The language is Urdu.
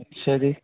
اچھا جی